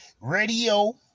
Radio